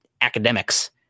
academics